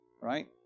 right